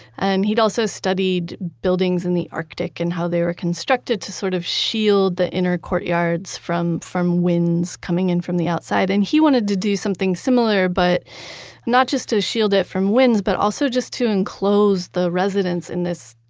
and he'd also studied buildings in the arctic and how they were constructed to sort of shield the inner courtyards from from winds coming in from the outside. and he wanted to do something similar but not just to shield it from winds, but also just to enclose the residents in this